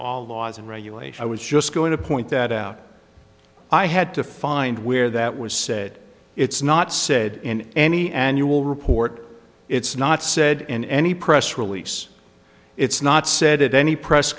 all laws and regulation i was just going to point that out i had to find where that was said it's not said in any annual report it's not said in any press release it's not said at any press